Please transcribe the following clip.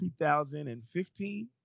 2015